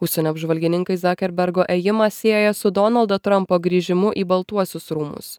užsienio apžvalgininkai zakerbergo ėjimą sieja su donaldo trampo grįžimu į baltuosius rūmus